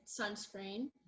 sunscreen